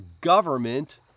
government